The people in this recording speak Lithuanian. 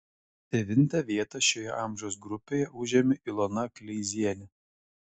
devintą vietą šioje amžiaus grupėje užėmė ilona kleizienė